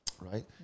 Right